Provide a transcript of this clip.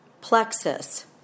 plexus